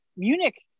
Munich